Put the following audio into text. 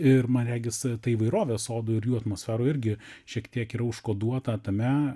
ir man regis ta įvairovė sodų ir jų atmosferų irgi šiek tiek yra užkoduota tame